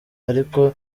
ariko